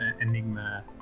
Enigma